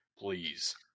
Please